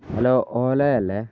hello ഓലയല്ലേ